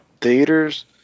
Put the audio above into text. theaters